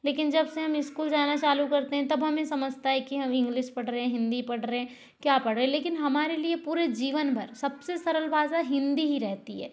लेकिन जब से हम स्कूल जाना चालू करते हैं तब हमें समझता है कि हम इंग्लिश पढ़ रहे हैं हिंदी पढ़ रहे हैं क्या पढ़ रहे लेकिन हमारे लिए पूरे जीवन भर सबसे सरल भाषा हिंदी ही रहती है